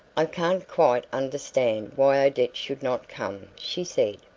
i can't quite understand why odette should not come, she said.